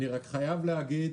אני חייב להגיד